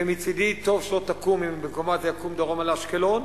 ומצדי טוב שלא תקום אם במקומה זה יקום דרומה לאשקלון,